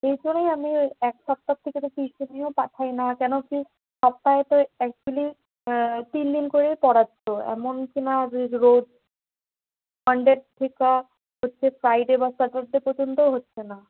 এই করেই আমি এক সপ্তাহ থেকে তো ফিস তো এমনিও পাঠাই না কেন কি সপ্তাহে তো একচুয়ালি তিন দিন করেই পড়াচ্ছো এমন তো না যে রোজ সানডে ফ্রাইডে বা স্যাটারডে পর্যন্তও হচ্ছে না